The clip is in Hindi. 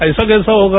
ऐसा कैसे होगा